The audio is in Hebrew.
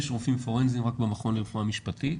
יש רופאים פורנזיים רק במכון לרפואה משפטית